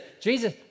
Jesus